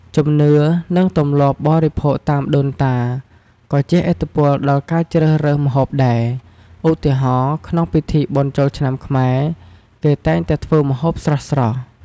ជំនឿ និងទម្លាប់បរិភោគតាមដូនតា ក៏ជះឥទ្ធិពលដល់ការជ្រើសរើសម្ហូបដែរ ឧទាហរណ៍ ក្នុងពិធីបុណ្យចូលឆ្នាំខ្មែរ គេតែងតែធ្វើម្ហូបស្រស់ៗ។